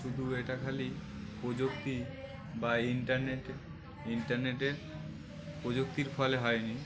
শুধু এটা খালি প্রযুক্তি বা ইন্টারনেটে ইন্টারনেটের প্রযুক্তির ফলে হয়নি